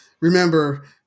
remember